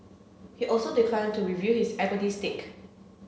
he also declined to reveal his equity stake